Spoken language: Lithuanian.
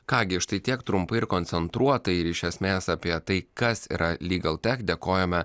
ką gi štai tiek trumpai ir koncentruotai ir iš esmės apie tai kas yra lygltech dėkojame